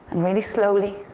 and really slowly,